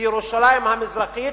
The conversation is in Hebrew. בירושלים המזרחית,